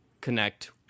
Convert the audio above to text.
connect